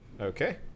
Okay